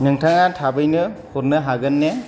नोंथाङा थाबैनो हरनो हागोन ना